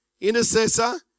intercessor